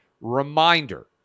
Reminder